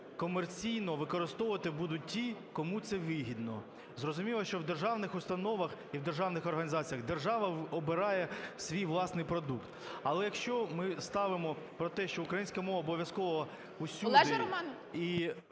комерційно використовувати будуть ті, кому це вигідно. Зрозуміло, що в державних установах і в державних організаціях держава обирає свій власний продукт. Але якщо ми ставимо про те, що українська мова обов'язково усюди,